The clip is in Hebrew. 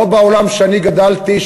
לא בעולם שאני גדלתי,